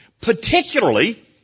particularly